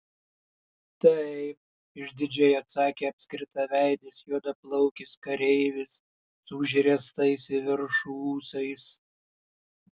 taip išdidžiai atsakė apskritaveidis juodaplaukis kareivis su užriestais į viršų ūsais